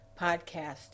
podcast